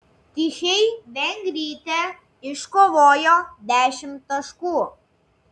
tichei vengrytė iškovojo dešimt taškų